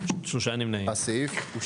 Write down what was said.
הצבעה בעד 4 נמנעים 3 אושר.